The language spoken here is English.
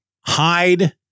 hide